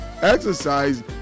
Exercise